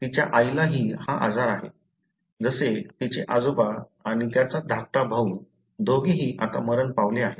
तिच्या आईलाही हा आजार आहे जसे तिचे आजोबा आणि त्याचा धाकटा भाऊ दोघेही आता मरण पावले आहेत